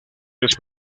las